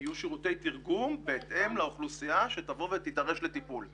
יהיו שירותי תרגום בהתאם לאוכלוסייה שתבוא ותידרש לטיפול.